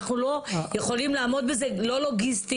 אנחנו לא יכולים לעמוד בזה, לא לוגיסטית'.